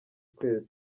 twese